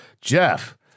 Jeff